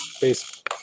Peace